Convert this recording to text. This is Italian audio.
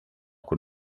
con